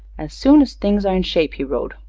as soon as things are in shape, he wrote,